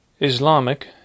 Islamic